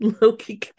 Loki